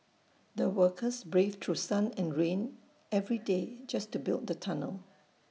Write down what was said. the workers braved through sun and rain every day just to build the tunnel